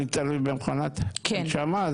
אני תלוי במכונת הנשמה.